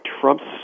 Trump's